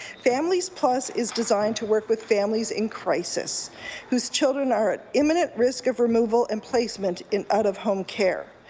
families plus is designed to work with families in crisis whose children are at imminent risk of removal and placement in out of home care.